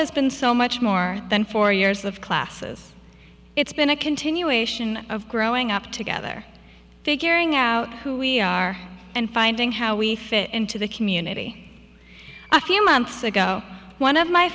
has been so much more than four years of classes it's been a continuation of growing up together figuring out who we are and finding how we fit into the community a few months ago one of my